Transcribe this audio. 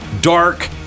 dark